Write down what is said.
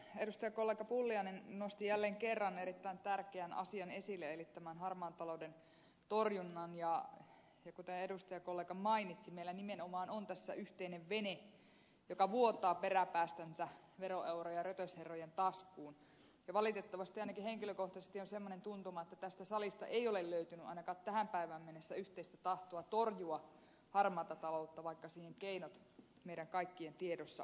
edustajakollega pulliainen nosti jälleen kerran erittäin tärkeän asian esille eli tämän harmaan talouden torjunnan ja kuten edustajakollega mainitsi meillä nimenomaan on tässä yhteinen vene joka vuotaa peräpäästänsä veroeuroja rötösherrojen taskuun ja valitettavasti ainakin henkilökohtaisesti on semmoinen tuntuma että tästä salista ei ole löytynyt ainakaan tähän päivään mennessä yhteistä tahtoa torjua harmaata taloutta vaikka siihen keinot meidän kaikkien tiedossa on